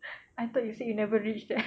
I thought you say you never reach there